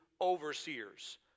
overseers